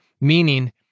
Meaning